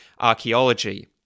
archaeology